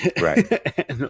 Right